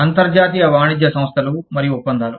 అంతర్జాతీయ వాణిజ్య సంస్థలు మరియు ఒప్పందాలు